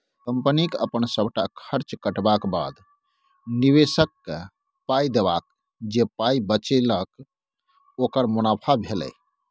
कंपनीक अपन सबटा खर्च कटबाक बाद, निबेशककेँ पाइ देबाक जे पाइ बचेलक ओकर मुनाफा भेलै